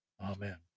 Amen